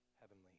heavenly